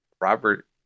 Robert